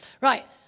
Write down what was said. right